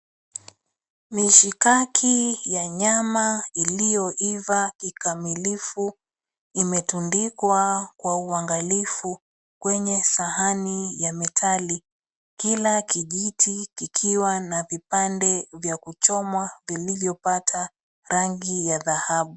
Mishikaki ya nyama iliyoiva kikamilifu imetundikwa kwa uangalifu kwenye sahani ya metali. Kila kijiti kikiwa na vipande vya kuchomwa vilivyopata rangi ya dhahabu.